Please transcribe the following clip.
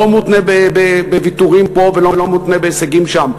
לא מותנה בוויתורים ולא מותנה בהישגים שם.